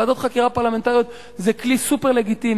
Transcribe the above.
ועדות חקירה פרלמנטריות זה כלי סופר-לגיטימי,